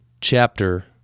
chapter